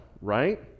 right